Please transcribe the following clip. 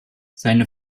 seine